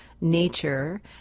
nature